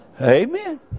Amen